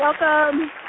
welcome